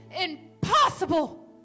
impossible